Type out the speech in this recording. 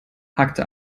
hakte